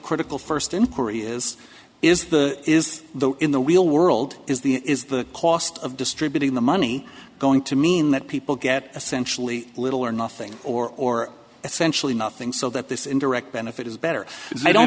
critical first inquiry is is the is the in the real world is the is the cost of distributing the money going to mean that people get essentially little or nothing or or essentially nothing so that this indirect benefit is better i don't